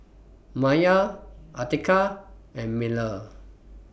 Maya Atiqah and Melur